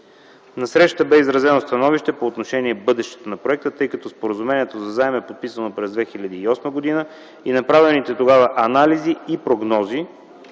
На срещата бе изразено становище по отношение бъдещето на проекта, тъй като споразумението за заем е подписано през 2008 г. и направените тогава анализи и прогнози